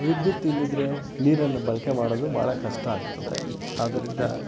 ವಿದ್ಯುತ್ ಇಲ್ಲದಿದ್ರೆ ನೀರನ್ನು ಬಳಕೆ ಮಾಡೋದು ಬಹಳ ಕಷ್ಟ ಆಗ್ತದೆ ಆದ್ದರಿಂದ